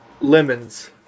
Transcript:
lemons